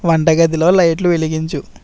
వంటగదిలో లైట్లు వెలిగించు